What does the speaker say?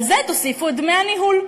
על זה תוסיפו את דמי הניהול,